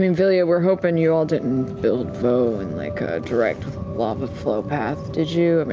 i mean vilya, we're hoping you all didn't build vo in like a direct lava flow path, did you? and